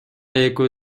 экөө